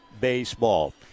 baseball